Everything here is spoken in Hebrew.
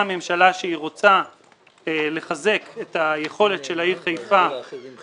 הממשלה שהיא רוצה לחזק את היכולת של העיר חיפה.